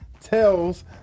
tells